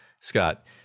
Scott